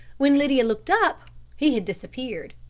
when lydia looked up he had disappeared.